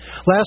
Last